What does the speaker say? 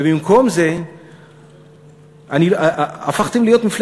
ובמקום זה הפכתם להיות,